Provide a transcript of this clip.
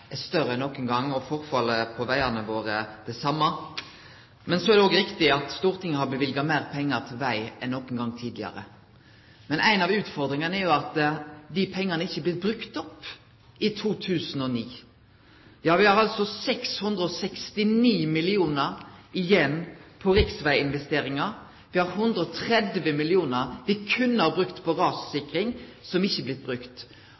er større enn nokon gong, det same gjeld forfallet på vegane våre. Men så er det òg riktig at Stortinget har løyvt meir pengar til veg enn nokon gong tidlegare. Men ei av utfordringane er jo at dei pengane ikkje er blitt brukte opp i 2009. Vi har 669 mill. kr igjen til riksveginvesteringar. Vi har 130 mill. kr vi kunne ha brukt på rassikring, som ikkje er blitt